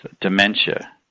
dementia